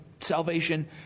salvation